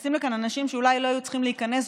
אנשים שאולי לא היו צריכים להיכנס,